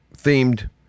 themed